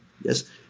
Yes